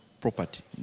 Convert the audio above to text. property